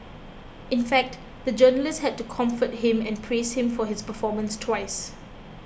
in fact the journalist had to comfort him and praise him for his performance twice